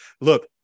Look